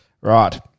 Right